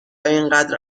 اینقدر